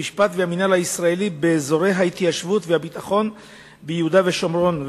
המשפט והמינהל הישראלי באזורי ההתיישבות והביטחון ביהודה ושומרון,